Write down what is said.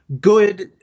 good